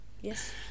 Yes